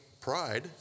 pride